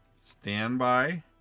standby